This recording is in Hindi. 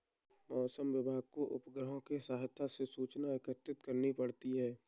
मौसम विभाग को उपग्रहों के सहायता से सूचनाएं एकत्रित करनी पड़ती है